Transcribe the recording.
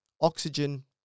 oxygen